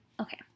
okay